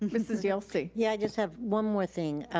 and mrs. yelsey. yeah, i just have one more thing.